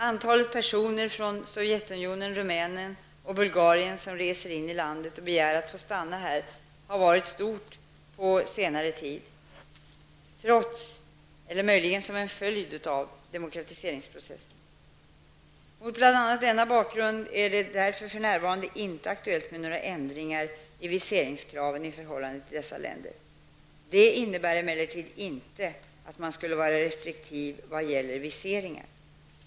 Antalet personer från Sovjetunionen, Rumänien och Bulgarien som reser in i landet och begär att få stanna här har varit stort på senare tid trots, eller möjligen som en följd av, demokratiseringsprocessen. Mot bl.a. denna bakgrund är det för närvarande inte aktuellt med några ändringar i viseringskraven i förhållande till dessa länder. Detta innebär emellertid inte att man skulle vara restriktiv vad gäller viseringar.